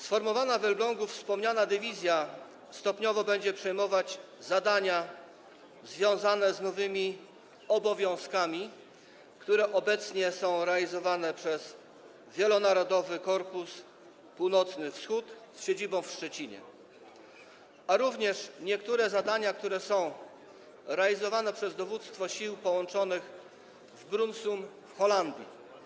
Sformowana w Elblągu wspomniana dywizja stopniowo będzie przejmować zadania związane z nowymi obowiązkami, które obecnie są realizowane przez Wielonarodowy Korpus Północno-Wschodni z siedzibą w Szczecinie, jak również niektóre zadania, które są realizowane przez Dowództwo Sił Połączonych w Brunssum w Holandii.